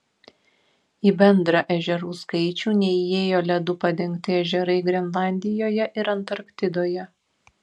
į bendrą ežerų skaičių neįėjo ledu padengti ežerai grenlandijoje ir antarktidoje